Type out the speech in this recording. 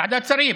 ועדת שרים.